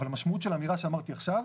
אבל המשמעות של האמירה שאמרתי עכשיו,